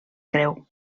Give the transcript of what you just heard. creu